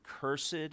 cursed